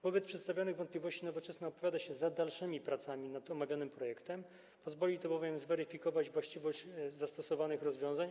Wobec przedstawionych wątpliwości Nowoczesna opowiada się za dalszymi pracami nad omawianym projektem, pozwoli to bowiem zweryfikować właściwość zastosowanych rozwiązań.